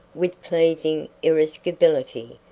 with pleasing irascibility,